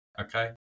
Okay